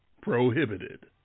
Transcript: prohibited